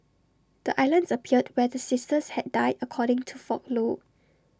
the islands appeared where the sisters had died according to folklore